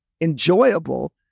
enjoyable